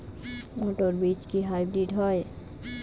মটর বীজ কি হাইব্রিড হয়?